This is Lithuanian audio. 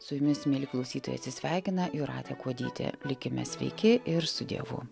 su jumis mieli klausytojai atsisveikina jūratė kuodytė likime sveiki ir su dievu